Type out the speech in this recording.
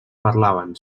parlaven